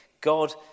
God